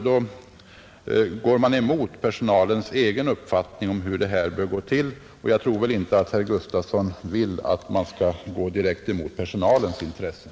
Då går man emot personalens egen uppfattning om hur det bör gå till, och jag tror väl inte att herr Gustavsson vill att man skall gå direkt mot personalens intressen,